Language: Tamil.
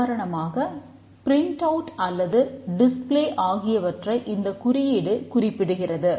உதாரணமாக பிரிண்ட் அவுட் ஆகியவற்றை இந்த குறியீடு குறிப்பிடுகிறது